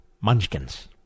munchkins